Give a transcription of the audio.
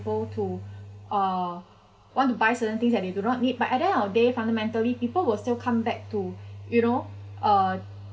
go to uh want to buy certain things that you do not need but then at the end of the day fundamentally people will still come back to you know uh